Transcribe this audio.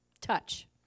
touch